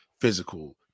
physical